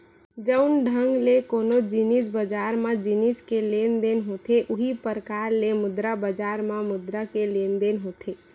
जउन ढंग ले कोनो जिनिस बजार म जिनिस के लेन देन होथे उहीं परकार ले मुद्रा बजार म मुद्रा के लेन देन होथे